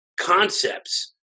concepts